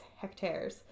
hectares